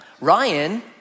Ryan